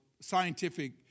scientific